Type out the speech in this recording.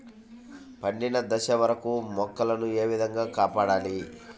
పండిన దశ వరకు మొక్కల ను ఏ విధంగా కాపాడాలి?